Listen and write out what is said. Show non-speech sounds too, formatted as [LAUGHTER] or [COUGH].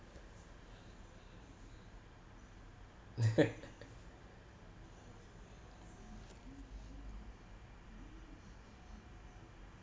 [LAUGHS]